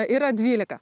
yra dvylika